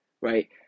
right